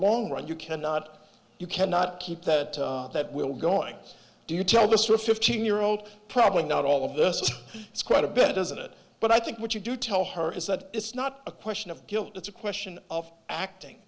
long run you cannot you cannot keep that that will going do you tell this to a fifteen year old probably not all of this is quite a bit doesn't it but i think what you do tell her is that it's not a question of guilt it's a question of acting